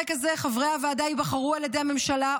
כזה חברי הוועדה ייבחרו על ידי הממשלה,